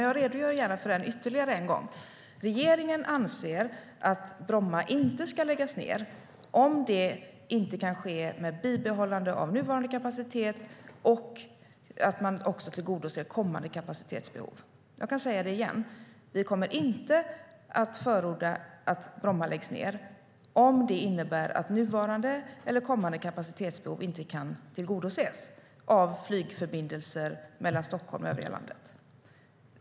Jag redogör dock gärna för den ännu en gång: Regeringen anser att Bromma inte ska läggas ned om det inte kan ske med bibehållande av nuvarande kapacitet och att man också tillgodoser kommande kapacitetsbehov. Låt mig säga det igen: Vi kommer inte att förorda att Bromma läggs ned om det innebär att nuvarande eller kommande kapacitetsbehov av flygförbindelser mellan Stockholm och övriga landet inte kan tillgodoses.